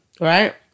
right